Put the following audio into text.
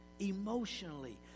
emotionally